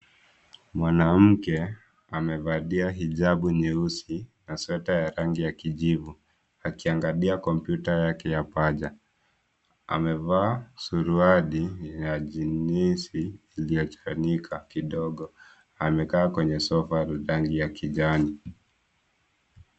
Mwanamke amevalia hijabu nyeusi na sweta ya rangi ya kijivu akiangalia kompyuta yake ya paja. Amevaa suruali ya jeans iliyoshikanika kidogo. Amekaa kwenye sofa ya rangi ya kijani.